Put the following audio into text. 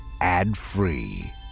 ad-free